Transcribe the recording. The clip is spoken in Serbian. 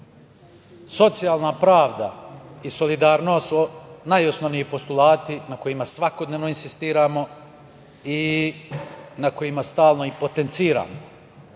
socijalna pravda i solidarnost su najosnovniji postulati na kojima svakodnevno insistiramo i na kojima stalno i potenciramo.